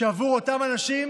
שעבור אותם אנשים